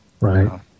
right